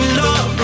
love